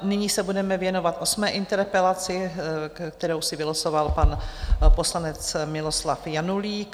Nyní se budeme věnovat osmé interpelaci, kterou si vylosoval pan poslanec Miloslav Janulík.